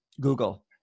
Google